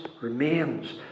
remains